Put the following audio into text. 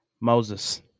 Moses